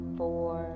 four